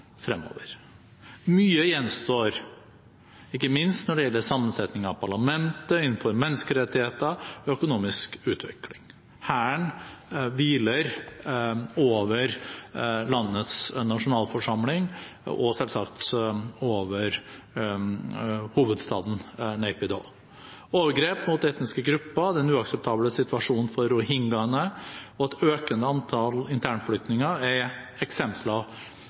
fremover. Mye gjenstår, ikke minst når det gjelder sammensetning av parlamentet og innen menneskerettigheter og økonomisk utvikling. Hæren hviler over landets nasjonalforsamling og selvsagt over hovedstaden Naypyidaw. Overgrep mot etniske grupper, den uakseptable situasjonen for rohingyaene og et økende antall internflyktninger er eksempler